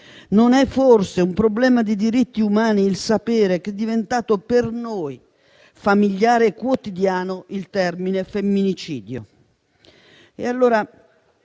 Non è forse un problema di diritti umani il sapere che è diventato per noi familiare e quotidiano il termine femminicidio? Allora